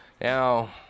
Now